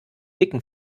dicken